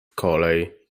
kolej